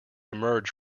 emerge